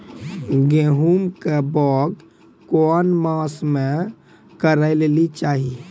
गेहूँमक बौग कून मांस मअ करै लेली चाही?